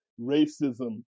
racism